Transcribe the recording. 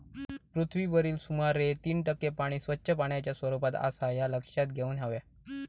पृथ्वीवरील सुमारे तीन टक्के पाणी स्वच्छ पाण्याच्या स्वरूपात आसा ह्या लक्षात घेऊन हव्या